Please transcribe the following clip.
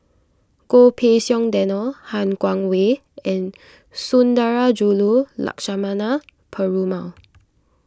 Goh Pei Siong Daniel Han Guangwei and Sundarajulu Lakshmana Perumal